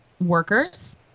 workers